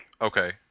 Okay